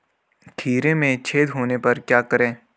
खीरे में छेद होने पर क्या करें?